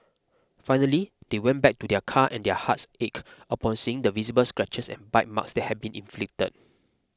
finally they went back to their car and their hearts ached upon seeing the visible scratches and bite marks that had been inflicted